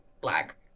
black